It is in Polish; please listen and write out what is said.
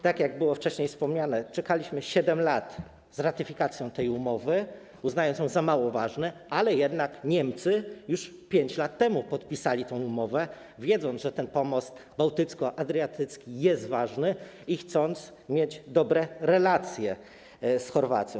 Tak jak było wcześniej wspomniane, czekaliśmy 7 lat z ratyfikacją tej umowy, uznając ją za mało ważną, jednak Niemcy już 5 lat temu podpisali tę umowę, wiedząc, że pomost bałtycko-adriatycki jest ważny, i chcąc mieć dobre relacje z Chorwacją.